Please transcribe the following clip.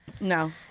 No